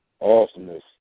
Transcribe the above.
Awesomeness